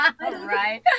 right